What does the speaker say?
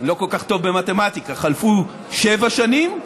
לא כל כך טוב במתמטיקה, חלפו שבע שנים.